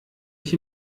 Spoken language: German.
ich